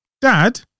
Dad